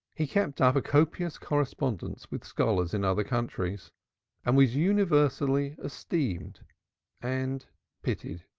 he kept up a copious correspondence with scholars in other countries and was universally esteemed and pitied.